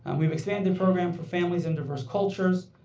and we've expanded program for family and diverse cultures.